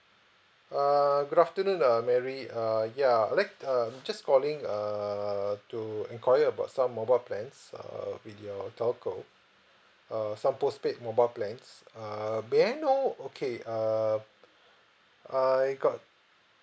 err good afternoon uh mary uh ya I'd like um just calling err to enquire about some mobile plans uh with your telco err some postpaid mobile plans err may I know okay uh I got